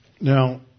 Now